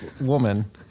woman